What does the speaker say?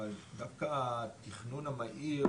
אבל דווקא התכנון המהיר